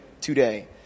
today